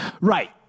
Right